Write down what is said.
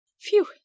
Phew